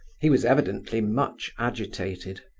he was evidently much agitated.